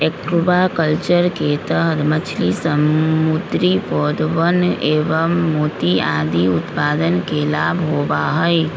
aquaculture के तहद मछली, समुद्री पौधवन एवं मोती आदि उत्पादन के लाभ होबा हई